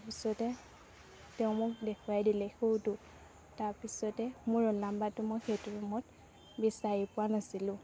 তাৰপিছতে তেওঁ মোক দেখুৱাই দিলে সৌটো তাৰপিছতে মোৰ ৰোল নম্বৰটো মই সেইটো ৰুমত বিচাৰি পোৱা নাছিলোঁ